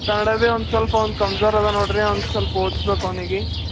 ಕನ್ನಡ ಭೀ ಒಂದು ಸ್ವಲ್ಪ ಅವ್ನ್ದು ಕಂಝೋರ್ ಅದ ನೋಡಿರಿ ಅವ್ನ್ದು ಸ್ವಲ್ಪ ಓದ್ಸಬೇಕು ಅವ್ನಿಗೆ